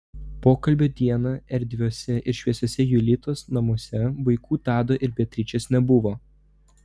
pokalbio dieną erdviuose ir šviesiuose julitos namuose vaikų tado ir beatričės nebuvo